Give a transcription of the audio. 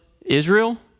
Israel